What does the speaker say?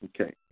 Okay